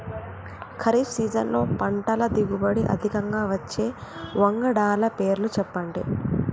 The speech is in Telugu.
ఖరీఫ్ సీజన్లో పంటల దిగుబడి అధికంగా వచ్చే వంగడాల పేర్లు చెప్పండి?